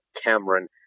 Cameron